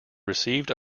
received